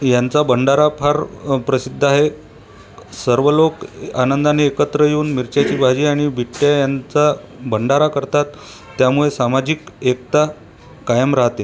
यांचा भंडारा फार प्रसिद्ध आहे सर्व लोक आनंदाने एकत्र येऊन मिरच्याची भाजी आणि बिट्ट्या यांचा भंडारा करतात त्यामुळे सामाजिक एकता कायम राहते